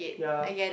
ya